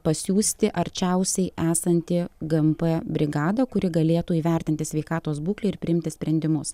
pasiųsti arčiausiai esantį gmp brigadą kuri galėtų įvertinti sveikatos būklę ir priimti sprendimus